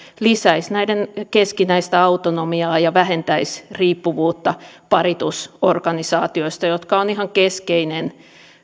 lisäisivät näiden keskinäistä autonomiaa ja vähentäisivät riippuvuutta paritusorganisaatioista jotka ovat ihan keskeinen